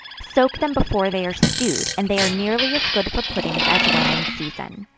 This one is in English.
soak them before they are stewed, and they are nearly as good for puddings as when in season.